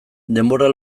denbora